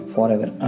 Forever